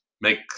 make